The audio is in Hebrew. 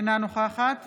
אינה נוכחת